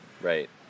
Right